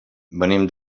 venim